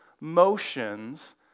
motions